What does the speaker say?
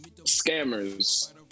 scammers